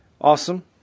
Awesome